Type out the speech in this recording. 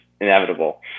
inevitable